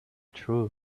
true